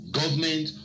government